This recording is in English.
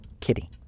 Kitty